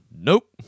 nope